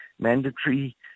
mandatory